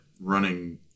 running